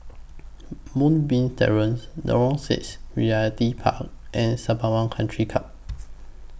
Moonbeam Terrace Lorong six Realty Park and Sembawang Country Club